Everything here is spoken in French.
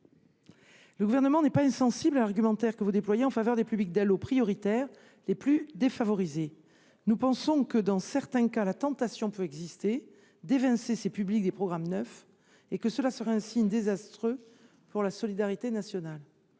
Le Gouvernement n’est pas insensible à l’argumentaire déployé par M. Gay en faveur des bénéficiaires du Dalo et des publics prioritaires les plus défavorisés. Nous pensons que, dans certains cas, la tentation peut exister d’évincer ces publics des programmes neufs, ce qui serait un signe désastreux pour la solidarité nationale.